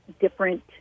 different